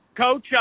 coach